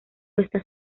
estas